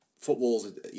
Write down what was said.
football's